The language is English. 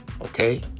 Okay